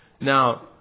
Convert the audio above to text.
Now